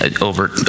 over